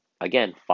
again